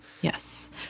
Yes